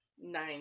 nine